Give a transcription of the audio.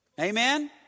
amen